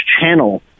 channel